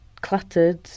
cluttered